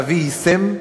ואבי יישם,